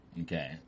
Okay